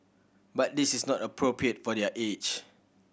but this is not appropriate for their age